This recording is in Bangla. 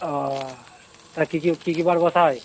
ওঃ তাহলে কী কী কী কী বার বসা হয়